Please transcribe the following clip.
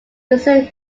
recent